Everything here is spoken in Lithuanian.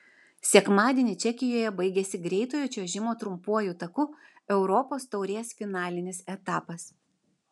sekmadienį čekijoje baigėsi greitojo čiuožimo trumpuoju taku europos taurės finalinis etapas